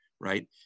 right